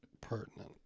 pertinent